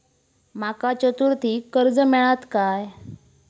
माका चतुर्थीक कर्ज मेळात काय?